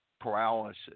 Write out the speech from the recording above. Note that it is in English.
paralysis